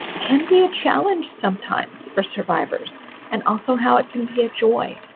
can be a challenge sometimes for survivors and also how it can be a joy.